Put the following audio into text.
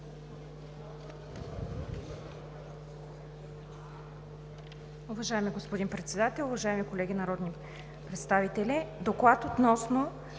Уважаеми господин Председател, уважаеми колеги народни представители! „ДОКЛАД относно